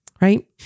Right